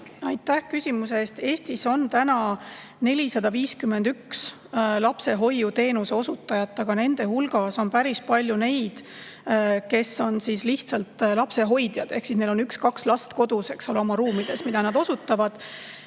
Aitäh küsimuse eest! Eestis on täna 451 lapsehoiuteenuse osutajat, aga nende hulgas on päris palju neid, kes on lihtsalt lapsehoidjad, ehk neil on üks-kaks last kodus, oma ruumides, [kus nad teenust]